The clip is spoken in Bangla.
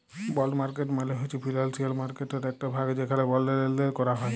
বল্ড মার্কেট মালে হছে ফিলালসিয়াল মার্কেটটর একট ভাগ যেখালে বল্ডের লেলদেল ক্যরা হ্যয়